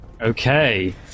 Okay